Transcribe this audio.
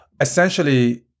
essentially